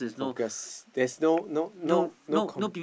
focus there's no no no no com~